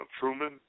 Truman